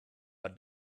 but